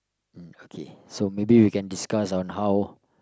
mm okay so maybe we can discuss on how